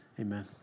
amen